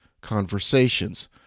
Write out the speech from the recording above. conversations